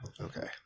Okay